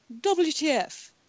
WTF